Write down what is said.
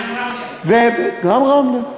מה עם רמלה?